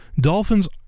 dolphins